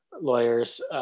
lawyers